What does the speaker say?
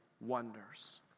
wonders